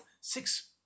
Six